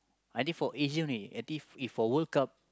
I think for Asia only I think for World Cup